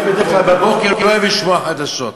אני בדרך כלל בבוקר לא אוהב לשמוע חדשות,